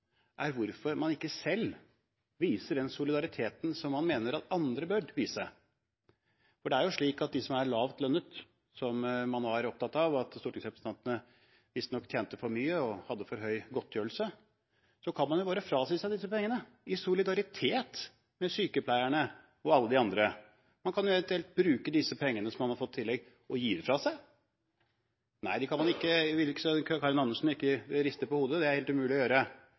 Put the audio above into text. er hvorfor man ikke selv viser den solidariteten som man mener at andre bør vise. Det er jo slik at de som er høyt lønnet – man var opptatt av at stortingsrepresentantene visstnok tjente for mye og hadde for høy godtgjørelse – bare kan frasi seg disse pengene, i solidaritet med sykepleierne og alle de andre. Man kan eventuelt bruke disse pengene som man har fått i tillegg, til å gi dem fra seg. Nei, det kan de ikke – Karin Andersen rister på hodet – det er helt umulig å gjøre.